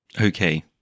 Okay